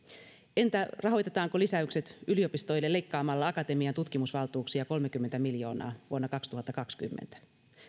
entä rahoitetaanko lisäykset yliopistoille leikkaamalla akatemian tutkimusvaltuuksia kolmekymmentä miljoonaa vuonna kaksituhattakaksikymmentä